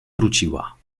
wróciła